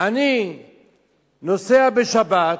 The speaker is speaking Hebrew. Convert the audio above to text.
אני נוסע בשבת,